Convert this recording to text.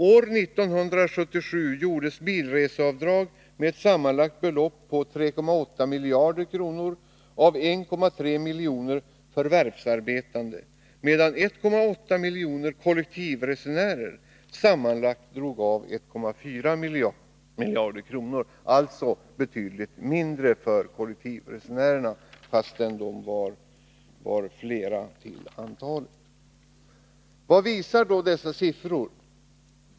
År 1977 gjordes bilreseavdrag med ett sammanlagt belopp på 3,8 miljarder kronor av 1,3 miljoner förvärvsarbetande, medan 1,8 miljoner kollektivresenärer sammanlagt drog av 1,4 miljarder kronor, alltså betydligt mindre för kollektivresenärerna fastän de var fler till antalet. Vad visar då dessa siffror?